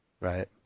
Right